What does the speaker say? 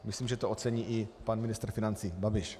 Myslím, že to ocení i pan ministr financí Babiš.